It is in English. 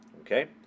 okay